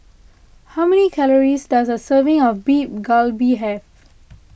how many calories does a serving of Beef Galbi have